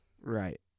Right